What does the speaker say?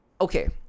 Okay